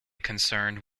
concerned